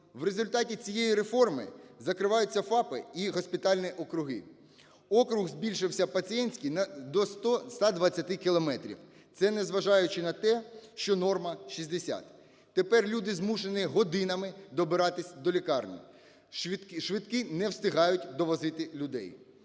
В результаті цієї реформи закриваються ФАПи і госпітальні округи. Округ збільшився пацієнтський до 120 кілометрів, це незважаючи на те, що норма – 60. Тепер люди змушені годинами добиратися до лікарні, швидкі не встигають довозити людей.